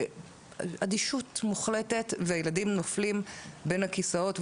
אדישות מוחלטת וילדים נופלים בין הכיסאות.